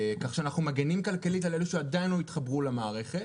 כך שאנחנו מגינים כלכלית על אלו שעדיין לא התחברו למערכת